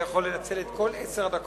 הייתי יכול לנצל את כל עשר הדקות